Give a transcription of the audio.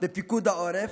בפיקוד העורף.